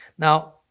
Now